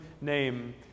name